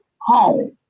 home